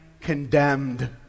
condemned